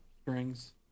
strings